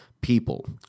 People